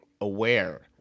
aware